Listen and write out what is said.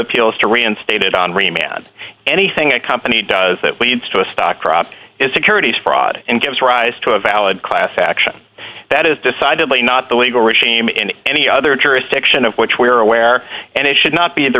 appeals to reinstated on remand anything a company does that leads to a stock drop is securities fraud and gives rise to a valid class action that is decidedly not the legal regime in any other jurisdiction of which we are aware and it should not be in the